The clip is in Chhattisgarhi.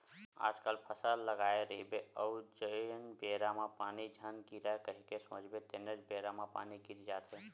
आजकल फसल लगाए रहिबे अउ जेन बेरा म पानी झन गिरय कही के सोचबे तेनेच बेरा म पानी गिर जाथे